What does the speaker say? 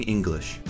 English